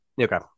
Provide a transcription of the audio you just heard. Okay